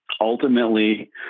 ultimately